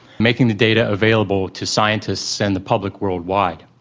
making the data available to scientists and the public worldwide.